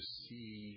see